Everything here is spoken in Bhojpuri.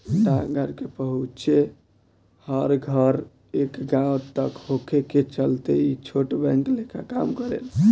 डाकघर के पहुंच हर एक गांव तक होखे के चलते ई छोट बैंक लेखा काम करेला